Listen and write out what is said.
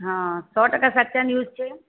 હા સો ટકા સાચા ન્યૂઝ છે